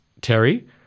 Terry